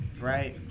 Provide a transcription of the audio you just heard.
right